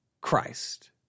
Christ